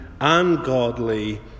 ungodly